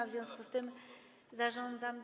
W związku z tym zarządzam